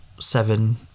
seven